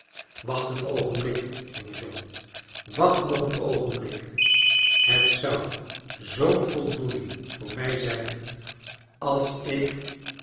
wacht een oogenblik jonge john wacht nog een oogenblik het zou zoo'n voldoening voor mij zijn als ik